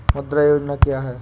मुद्रा योजना क्या है?